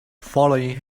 following